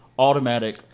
Automatic